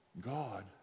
God